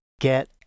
get